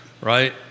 right